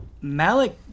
Malik